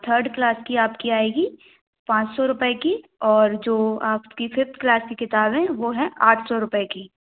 third class की आपकी आएगी पाँच सौ रुपये की और जो आपकी फिफ्थ क्लास की किताब है वो हैं आठ सौ रुपये की